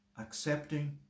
accepting